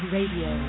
Radio